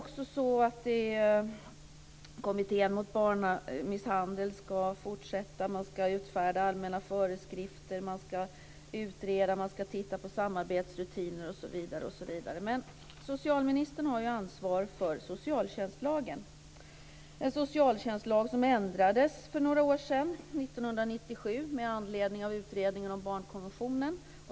Kommittén mot barnmisshandel ska fortsätta, man ska utfärda allmänna föreskrifter, man ska utreda, se över samarbetsrutiner osv. Men socialministern har ju ansvar för socialtjänstlagen - en socialtjänstlag som ändrades 1997 med anledning av utredningen om barnkonventionen.